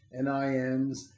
NIMs